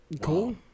Cool